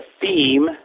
theme